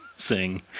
sing